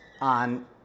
on